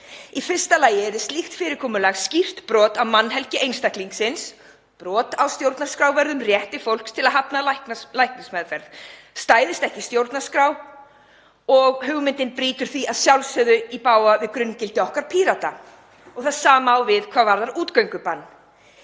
Í fyrsta lagi yrði slíkt fyrirkomulag skýrt brot á mannhelgi einstaklingsins, brot á stjórnarskrárvörðum rétti fólks til að hafna læknismeðferð og stæðist ekki stjórnarskrá. Hugmyndin brýtur því að sjálfsögðu í bága við grunngildi okkar Pírata og það sama á við um útgöngubann.